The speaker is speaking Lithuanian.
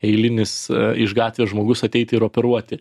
eilinis iš gatvės žmogus ateiti ir operuoti